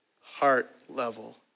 heart-level